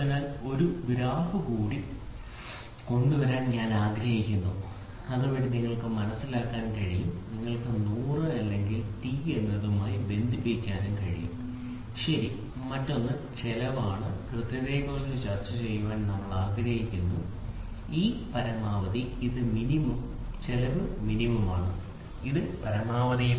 അതിനാൽ ഒരു ഗ്രാഫ് കൂടി കൊണ്ടുവരാൻ ഞാൻ ആഗ്രഹിക്കുന്നു അതുവഴി നിങ്ങൾക്ക് മനസ്സിലാക്കൻ കഴിയും നിങ്ങൾക്ക് 100 അല്ലെങ്കിൽ ടി എന്നതുമായി ബന്ധിപ്പിക്കാൻ കഴിയും ശരി മറ്റൊന്ന് ചെലവ് കൃത്യത എന്നിവയെക്കുറിച്ച് ചർച്ചചെയ്യാൻ ഞങ്ങൾ ആഗ്രഹിക്കുന്നു ഇത് പരമാവധി ഇത് മിനിമം ഇതാണ് ചെലവ് മിനിമം ഇത് പരമാവധി